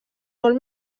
molt